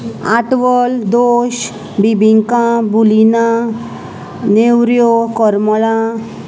आटवल दोश बिबिंका बुलिना नेवऱ्यो करमला